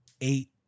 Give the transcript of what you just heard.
eight